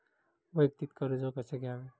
वैयक्तिक कर्ज कसे घ्यावे?